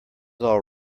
all